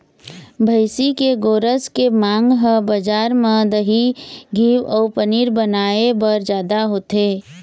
भइसी के गोरस के मांग ह बजार म दही, घींव अउ पनीर बनाए बर जादा होथे